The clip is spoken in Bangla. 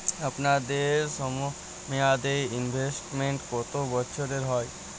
আপনাদের স্বল্পমেয়াদে ইনভেস্টমেন্ট কতো বছরের হয়?